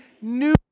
new